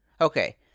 Okay